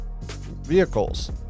vehicles